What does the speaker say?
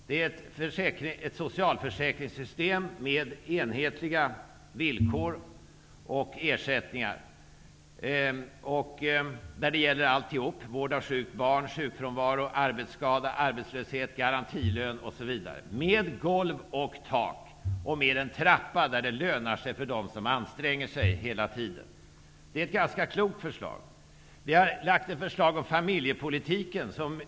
Det handlar om ett socialförsäkringssystem med enhetliga villkor och ersättningar, som gäller vård av sjukt barn, sjukfrånvaro, arbetsskada, arbetslöshet, garantilön, osv. -- med golv och tak och med en trappa, som gör att det lönar sig för dem som hela tiden anstränger sig. Förslaget är ganska klokt. Ny demokrati har lagt fram ett förslag när det gäller familjepolitiken.